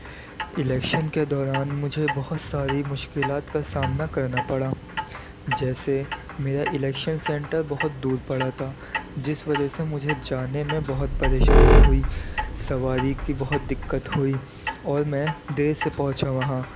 election کے دوران مجھے بہت ساری مشکلات کا سامنا کرنا پڑا جیسے میرا الیکشن سینٹر بہت دور پڑا تھا جس وجہ سے مجھے جانے میں بہت پریشانی ہوئی سواری کی بہت دقت ہوئی اور میں دیر سے پہنچا وہاں